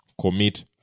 commit